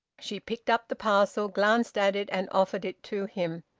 she picked up the parcel, glanced at it, and offered it to him.